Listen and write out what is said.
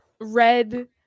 red